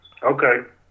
Okay